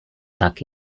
tak